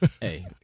hey